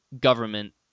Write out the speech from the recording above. government